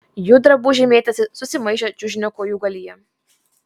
jų drabužiai mėtėsi susimaišę čiužinio kojūgalyje